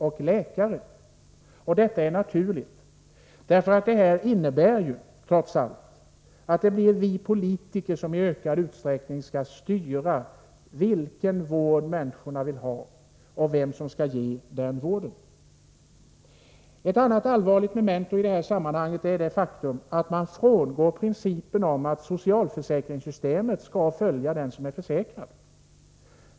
Det är naturligt att de blir upprörda därför att förslaget innebär att det är vi politiker som i ökad utsträckning skall bestämma vilken vård människorna skall ha och vem som skall ge dem vården. Ett annat allvarligt memento i det här sammanhanget är det faktum att man frångår principen om att socialförsäkringssystemet skall följa den som är försäkrad.